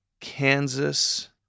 Kansas